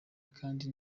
kandi